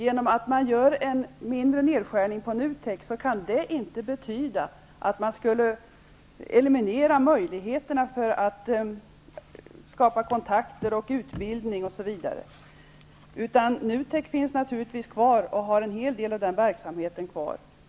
En mindre nedskärning på NUTEK kan inte betyda att man skulle eliminera möjligheterna att skapa kontakter, utbildning, osv. NUTEK finns naturligtvis kvar och har en hel del av sin verksamhet kvar.